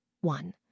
One